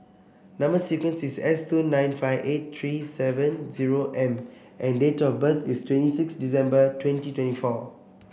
number sequence is S two nine five eight three seven zero M and date of birth is twenty six December twenty twenty four